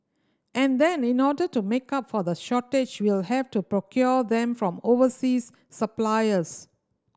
and then in order to make up for the shortage we'll have to procure them from overseas suppliers